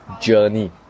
journey